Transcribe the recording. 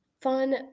Fun